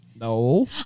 No